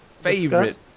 favorite